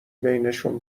بینشون